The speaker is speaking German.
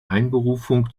einberufung